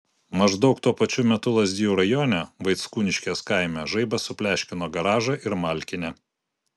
maždaug tuo pačiu metu lazdijų rajone vaickūniškės kaime žaibas supleškino garažą ir malkinę